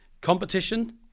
Competition